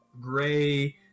gray